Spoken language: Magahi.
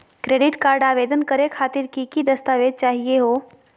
क्रेडिट कार्ड आवेदन करे खातिर की की दस्तावेज चाहीयो हो?